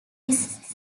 his